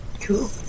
Cool